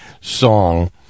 song